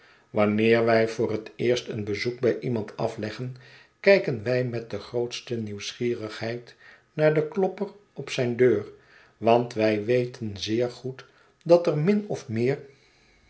wanneer wij voor het eerst een bezoek bij iemand afleggen kijken wij met de grootste nieuwsgierigheid naar den klopper op zijndeur want wij weten zeer goed dat er min of meer